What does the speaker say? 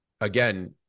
again